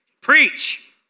Preach